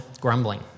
grumbling